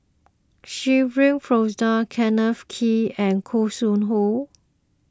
Shirin Fozdar Kenneth Kee and Khoo Sui Hoe